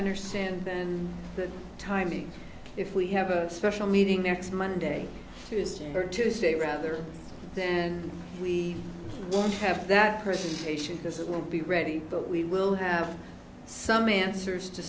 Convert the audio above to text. understand and the timing if we have a special meeting next monday tuesday or tuesday rather then we won't have that person patient this it will be ready but we will have some answers to